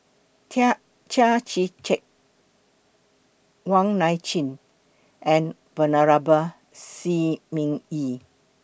Chia Chia Tee Chiak Wong Nai Chin and Venerable Shi Ming Yi